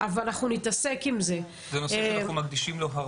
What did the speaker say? בשנים האחרונות אנחנו מייצרים תוכנית